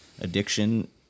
addiction